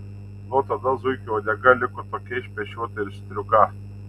nuo tada zuikio uodega liko tokia išpešiota ir striuka